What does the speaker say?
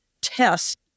test